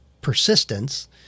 persistence